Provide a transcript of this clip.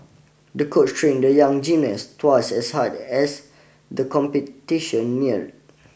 the coach trained the young gymnast twice as hard as the competition neared